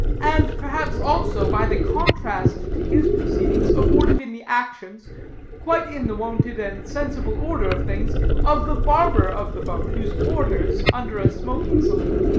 and, perhaps also, by the contrast to his proceedings afforded in the actions quite in the wonted and sensible order of things of the barber of the boat, whose quarters, under a smoking-saloon,